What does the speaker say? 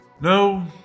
No